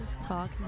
Talk